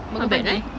bangun pagi